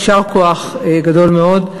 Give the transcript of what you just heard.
יישר כוח גדול מאוד.